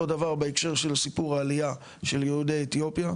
אותו דבר בהקשר של סיפור העלייה של יהודי אתיופיה.